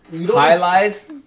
Highlights